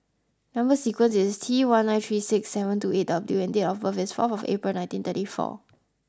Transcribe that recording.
number sequence is T one nine three six seven two eight W and date of birth is four April nineteen thirty four